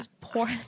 poor